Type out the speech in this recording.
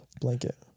Blanket